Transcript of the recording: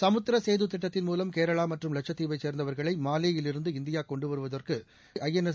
சமுத்திர சேது திட்டத்தின் மூலம் கேரளா மற்றும் லட்சத்தீவை சார்ந்தவர்களை மாலேயிலிருந்து இந்தியா கொண்டுவருவதற்கு கடற்படை ஐஎன்எஸ்